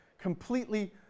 completely